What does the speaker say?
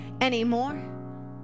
anymore